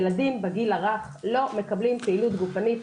ילדים בגיל הרך לא מקבלים פעילות גופנית,